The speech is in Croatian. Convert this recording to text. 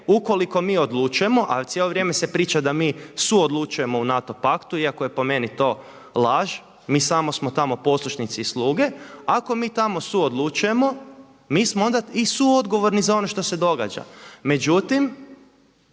ukoliko mi odlučujemo, a cijelo vrijeme se priča da mi suodlučujemo u NATO Paktu iako je po meni to laž mi smo samo tamo poslušnici i sluge, ako mi tamo suodlučujemo mi smo onda i suodgovorni za ono što se događa. Međutim